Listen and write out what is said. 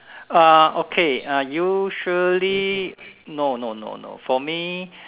ah okay ah usually no no no no for me